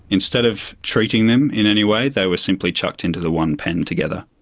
instead of treating them in any way, they were simply chucked into the one pen together.